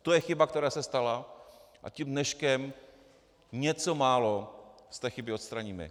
To je chyba, která se stala, a dneškem něco málo z chyby odstraníme.